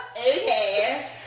okay